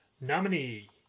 Nominee